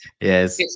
Yes